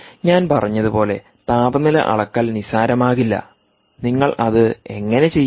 ഞാൻ പറഞ്ഞതുപോലെ താപനില അളക്കൽ നിസ്സാരമാകില്ല നിങ്ങൾ അത് എങ്ങനെ ചെയ്യും